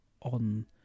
on